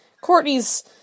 Courtney's